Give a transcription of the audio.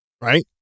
right